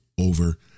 over